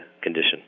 condition